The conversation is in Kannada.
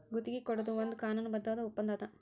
ಗುತ್ತಿಗಿ ಕೊಡೊದು ಒಂದ್ ಕಾನೂನುಬದ್ಧವಾದ ಒಪ್ಪಂದಾ ಅದ